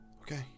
Okay